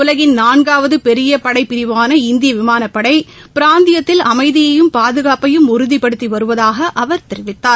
உலகின் நான்காவது பெரிய படைப்பிரிவான இந்திய விமானப்படை பிராந்தியத்தில் அமைதியையும் பாதுகாப்பையும் உறுதிப்படுத்தி வருவதாக அவர் தெரிவித்தார்